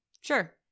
Sure